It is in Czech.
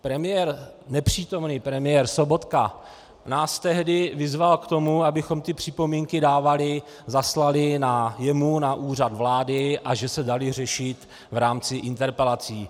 Premiér, nepřítomný premiér Sobotka, nás tehdy vyzval k tomu, abychom ty připomínky zaslali jemu na Úřad vlády, a že se dají řešit v rámci interpelací.